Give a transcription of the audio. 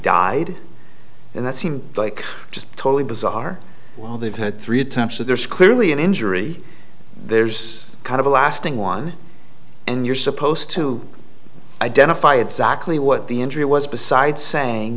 died and that seems like just totally bizarre while they've had three attempts that there's clearly an injury there's kind of a lasting one and you're supposed to identify exactly what the injury was besides saying